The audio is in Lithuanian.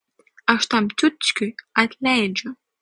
aš tam ciuckiui atleidžiu